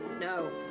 No